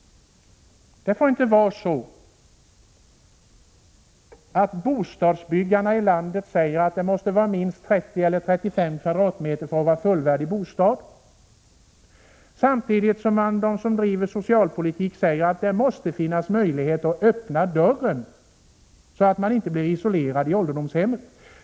Det får inte vara så att bostadsbyggarna i landet säger att en bostad måste vara på minst 30 eller 35 m? för att vara fullvärdig, samtidigt som de som driver socialpolitik säger att det måste finnas möjligheter att öppna dörren så att människor inte blir isolerade i ålderdomshemmen.